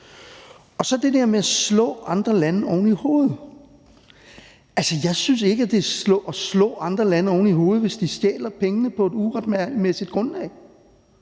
til det med at slå andre oven i hovedet synes jeg ikke, at det er at slå andre lande oven i hovedet, hvis de stjæler pengene på et uretmæssigt grundlag.